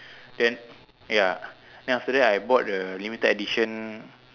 then ya then after that I bought the limited edition